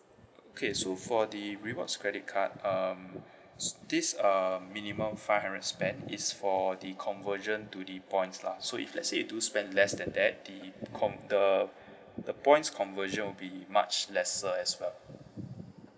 okay so for the rewards credit card um s~ this uh minimum five hundred spend is for the conversion to the points lah so if let's say you do spend less than that the con~ the the points conversion will be much lesser as well